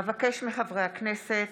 אבקש מחברי הכנסת